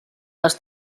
les